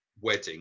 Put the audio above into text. wedding